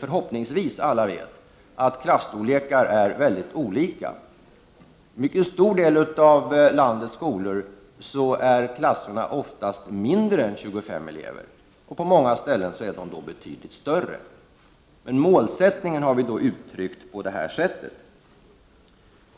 Förhoppningsvis vet alla att det är mycket olika när det gäller detta med klasstorleken. I en mycket stor del av landets skolor har klasserna oftast mindre än 25 elever. Men på många håll är klasserna betydligt större. Vi har valt att ge uttryck för målsättningen på detta sätt.